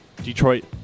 Detroit